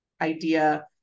idea